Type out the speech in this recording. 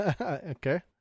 Okay